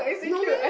no meh